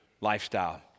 lifestyle